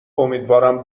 امیدوارم